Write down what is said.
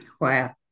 Wow